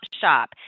shop